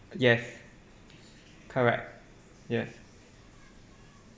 yes correct yes